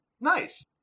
Nice